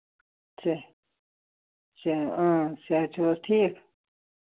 کیٛاہ سےٚ اۭں صحت چھُو حظ ٹھیٖک